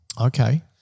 Okay